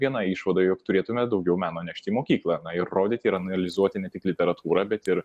viena išvada jog turėtume daugiau meno nešti į mokyklą na ir rodyti ir analizuoti ne tik literatūrą bet ir